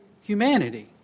humanity